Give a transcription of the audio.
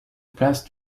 place